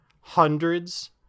Hundreds